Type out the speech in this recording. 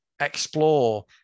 explore